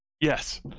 Yes